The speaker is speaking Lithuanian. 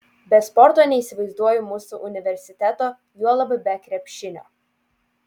be sporto neįsivaizduoju mūsų universiteto juolab be krepšinio